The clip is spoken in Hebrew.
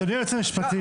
אדוני היועץ המשפטי,